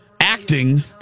acting